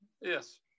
Yes